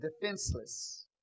defenseless